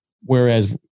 whereas